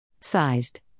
Sized